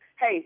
Hey